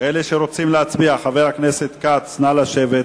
אלה שרוצים להצביע, חבר הכנסת כץ, נא לשבת.